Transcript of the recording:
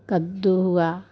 कद्दू हुआ